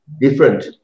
different